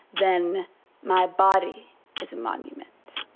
then my body is a monument.